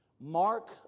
Mark